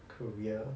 career